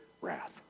wrath